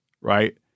right